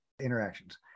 interactions